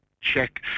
check